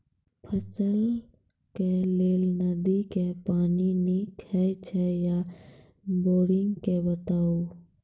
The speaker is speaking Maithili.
फसलक लेल नदी के पानि नीक हे छै या बोरिंग के बताऊ?